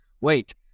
wait